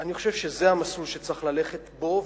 אני חושב שזה המסלול שצריך ללכת בו,